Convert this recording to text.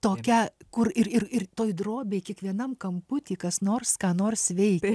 tokia kur ir ir ir toj drobėj kiekvienam kamputy kas nors ką nors veikia